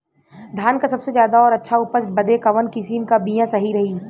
धान क सबसे ज्यादा और अच्छा उपज बदे कवन किसीम क बिया सही रही?